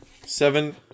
Seven